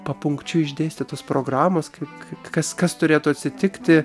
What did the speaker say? papunkčiui išdėstytos programos kaip kas kas turėtų atsitikti